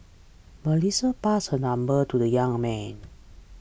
Melissa passed her number to the young man